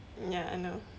ya I know